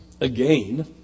Again